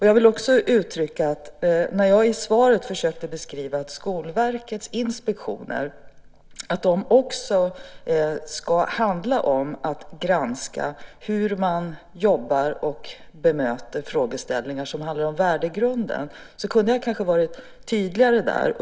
Jag vill också säga att när jag i svaret försökte beskriva att Skolverkets inspektioner också ska handla om att granska hur man jobbar med och bemöter frågeställningar som handlar om värdegrunden kunde jag kanske ha varit tydligare.